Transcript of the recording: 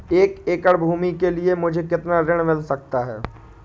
एक एकड़ भूमि के लिए मुझे कितना ऋण मिल सकता है?